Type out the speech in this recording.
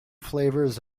flavors